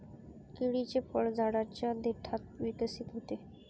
केळीचे फळ झाडाच्या देठात विकसित होते